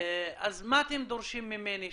מה אתם דורשים ממני,